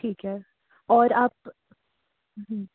ठीक है और आप